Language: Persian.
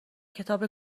کتاب